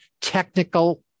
technical